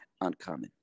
uncommon